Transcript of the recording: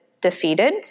defeated